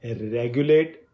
regulate